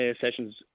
session's